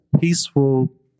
peaceful